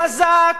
חזק,